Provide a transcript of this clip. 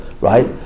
right